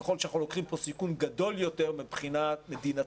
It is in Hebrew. יכול להיות שאנחנו לוקחים פה סיכון גדול יותר מבחינה מדינתית,